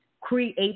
create